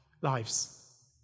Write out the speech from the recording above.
lives